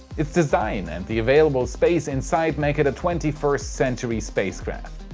it's design and the available space inside make it a twenty first century spacecraft.